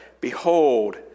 Behold